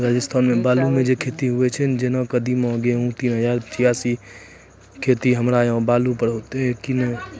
राजस्थान मे बालू मे जे खेती होय छै जेना कदीमा, गेहूँ तीन हजार छियासी, उ खेती हमरा यहाँ के बालू पर होते की नैय?